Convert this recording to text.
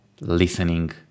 listening